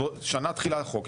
שנה תחילה החוק,